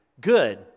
Good